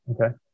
Okay